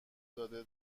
داده